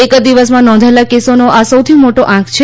એક દિવસમાં નોંધાયેલા કેસોનો આ સૌથી મોટો આંક છે